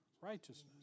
righteousness